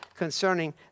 concerning